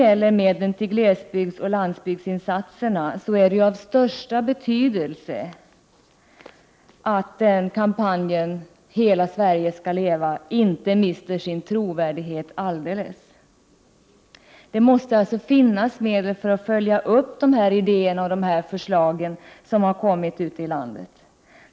Beträffande medlen till glesbygdsoch landsbygdsinsatserna är det av största betydelse att kampanjen ”Hela Sverige ska leva” inte helt mister sin trovärdighet. Det måste alltså finnas medel när det gäller att följa upp de idéer och förslag som har kommit från människor ute i landet.